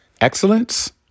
excellence